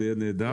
זה נהדר.